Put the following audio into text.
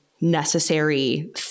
necessary